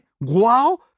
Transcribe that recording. Wow